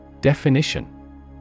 Definition